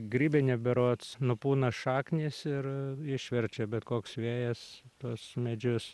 grybinė berods nupūna šaknys ir išverčia bet koks vėjas tuos medžius